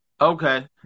Okay